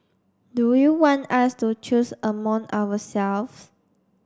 do you want us to choose among ourselves